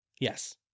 Yes